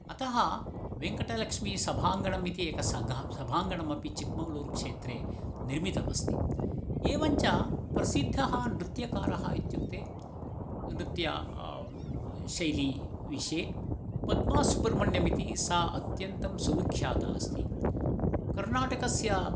अतः वेङ्कटलक्ष्मिसभाङ्गणमिति एका सघ सभाङ्गणमपि चिक्मङ्ग्ळूरुक्षेत्रे निर्मितमस्ति एवं च प्रसिद्धः नृत्यकारः इत्युक्ते नृत्य शैली विषये पद्मासुब्रह्मण्यमिति सा अत्यन्तं सुविख्याता अस्ति कर्णाटकस्य